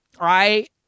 Right